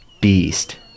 beast